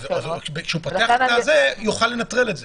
כשהוא פתח, הוא יוכל לנטרל את זה.